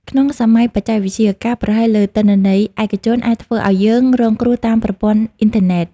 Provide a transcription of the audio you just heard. ក្នុងសម័យបច្ចេកវិទ្យា ការប្រហែសលើទិន្នន័យឯកជនអាចធ្វើឱ្យយើងរងគ្រោះតាមប្រព័ន្ធអ៊ីនធឺណិត។